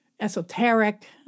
esoteric